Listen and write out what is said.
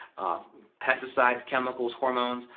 pesticides, chemicals, hormones.